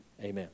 Amen